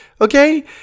okay